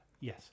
yes